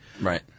Right